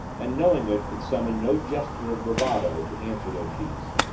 and, knowing it, could summon no gesture of bravado to answer their chief's.